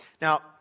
Now